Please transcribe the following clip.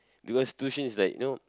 because tuition is like you know